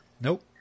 Nope